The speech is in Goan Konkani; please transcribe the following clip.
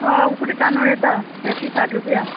हय उकडी तांदूळ येता एकशे साठ रुपया